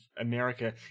America